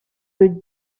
would